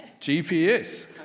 GPS